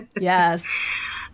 Yes